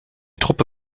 truppe